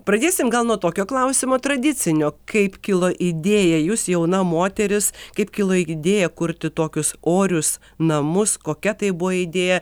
pradėsim gal nuo tokio klausimo tradicinio kaip kilo idėja jūs jauna moteris kaip kilo idėja kurti tokius orius namus kokia tai buvo idėja